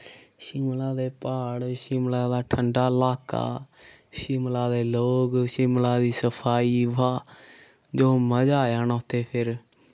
शिमला दे प्हाड़ शिमला दा ठंडा लाका शिमला दे लोक शिमला दी सफाई वाह् जो मजा आया ना उत्थै फिर